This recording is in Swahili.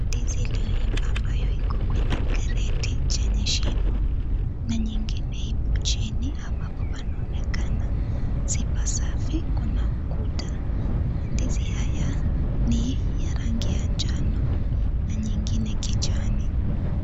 Ndizi iliyoiva ambayo iko kwenye kreti chenye shimo na nyingine ipo chini hapo ambapo panaonekana si pasafi. Kuna ukuta. Mandizi haya ni ya rangi ya njano na nyingine kijani.